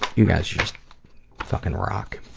you guys fucking rock.